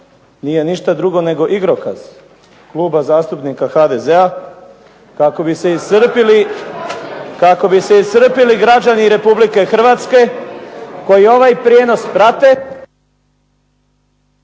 nije ništa drugo nego igrokaz Kluba zastupnika HDZ-a kako bi se iscrpili građani Republike Hrvatske koji ovaj prijenos prate